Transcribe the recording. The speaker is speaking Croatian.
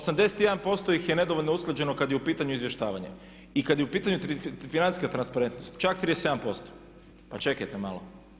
81% ih je nedovoljno usklađeno kad je u pitanju izvještavanje i kad je u pitanju financijska transparentnost čak 37%. pa čekajte malo?